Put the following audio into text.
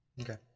okay